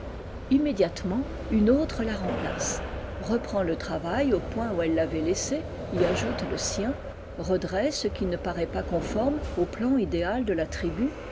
immédiatement une autre la remplace reprend le travail au point où elle l'avait laissé y ajoute le sien redresse ce qui ne paraît pas conforme au plan idéal de la tribu